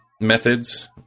methods